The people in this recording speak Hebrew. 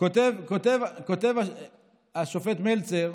כותב השופט מלצר,